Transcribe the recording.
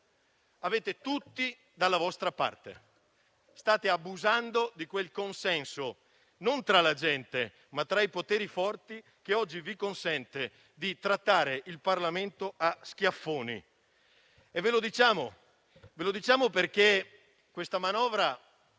Avete tutti dalla vostra parte e state abusando del consenso che avete non tra la gente, ma tra i poteri forti e che oggi vi consente di trattare il Parlamento a schiaffoni. Vi diciamo questo perché la manovra